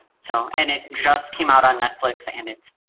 so and it just came out on netflix and it's